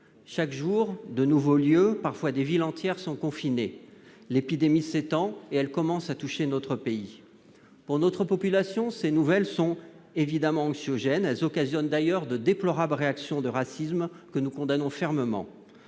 Chaque jour, de nouveaux lieux, parfois des villes entières, sont confinés. L'épidémie s'étend et commence à toucher notre pays. Pour notre population, ces nouvelles sont évidemment anxiogènes. Elles occasionnent d'ailleurs de déplorables réactions de racisme, que nous condamnons fermement.